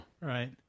Right